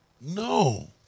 No